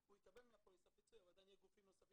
הוא יקבל מהפוליסה פיצוי אבל גם מגופים נוספים